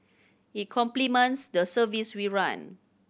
it complements the service we run